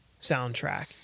soundtrack